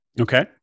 Okay